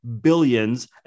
billions